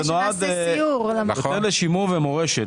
זה נועד לשימור ולמורשת.